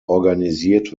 organisiert